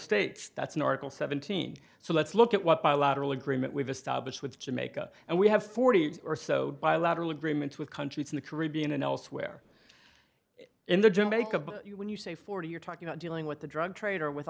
states that's an article seventeen so let's look at what bilateral agreement we've established with jamaica and we have forty or so bilateral agreements with countries in the caribbean and elsewhere in the jamaica but when you say forty you're talking about dealing with the drug trade or with